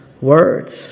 words